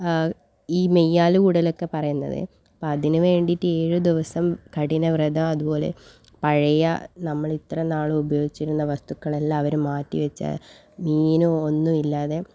ഈ മെയ്യാലു കൂടലൊക്കെ പറയുന്നത് അപ്പം അതിനു വേണ്ടിയിട്ട് ഏഴു ദിവസം കഠിനവ്രതം അതുപോലെ പഴയ നമ്മളിത്രനാളും ഉപയോഗിച്ചിരുന്ന വസ്തുക്കളെല്ലാവരും മാറ്റി വച്ച് മീനോ ഒന്നുമില്ലാതെ